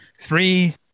three